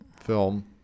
film